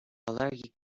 allergic